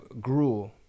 gruel